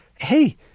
Hey